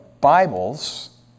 Bibles